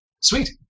Sweet